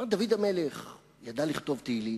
דוד המלך ידע לכתוב תהילים,